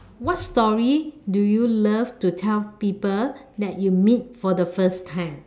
what story do you love to tell people that you meet for the first time